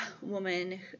woman